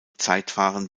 zeitfahren